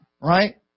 right